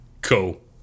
cool